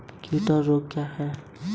कीट और रोग क्या हैं?